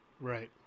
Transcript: Right